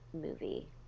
movie